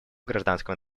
гражданского